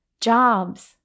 jobs